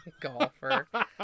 Golfer